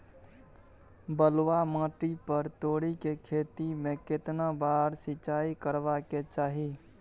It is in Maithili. बलुआ माटी पर तोरी के खेती में केतना बार सिंचाई करबा के चाही?